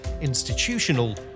institutional